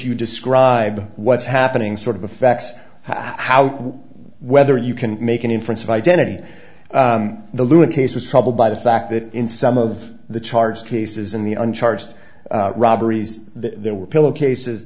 you describe what's happening sort of the facts how whether you can make an inference of identity the lewis case was troubled by the fact that in some of the charge cases in the uncharged robberies there were pillow cases